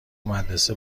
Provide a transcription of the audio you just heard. مدرسه